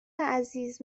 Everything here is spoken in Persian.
عزیز